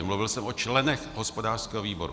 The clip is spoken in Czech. Mluvil jsem o členech hospodářského výboru.